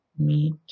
meet